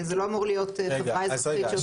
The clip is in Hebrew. זה לא אמור להיות חברה אזרחית שעושה את זה.